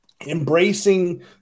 embracing